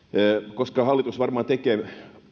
koska hallitus varmaan tekee